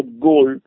gold